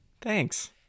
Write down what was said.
Thanks